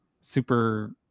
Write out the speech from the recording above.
super